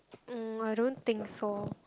uh I don't think so